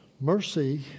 Mercy